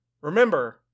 Remember